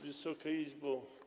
Wysoka Izbo!